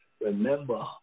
remember